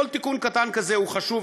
כל תיקון קטן כזה הוא חשוב,